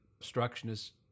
obstructionist